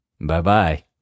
Bye-bye